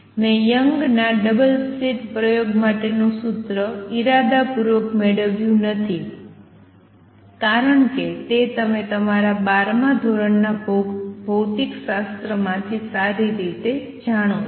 મેં યંગના double slit પ્રયોગ માટેનું સૂત્ર ઇરાદાપૂર્વક મેળવ્યું નથી કારણ કે તે તમે તમારા બારમા ધોરણના ભૌતિકશાસ્ત્ર માંથી સારી રીતે જાણો છો